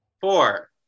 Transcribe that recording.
Four